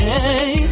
Hey